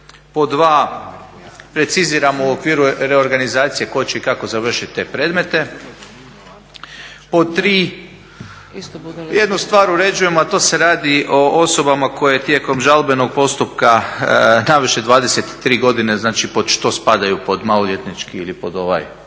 Pod dva, preciziramo u okviru reorganizacije tko će i kako završiti te predmete. Pod tri, jednu stvar uređujemo a to se radi o osobama koje tijekom žalbenog postupka navrše 23 godine. Znači pod što spadaju, pod maloljetnički ili pod ovaj